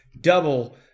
double